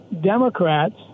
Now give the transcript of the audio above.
Democrats